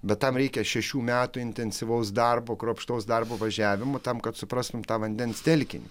bet tam reikia šešių metų intensyvaus darbo kruopštaus darbo važiavimo tam kad suprastum tą vandens telkinį